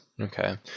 Okay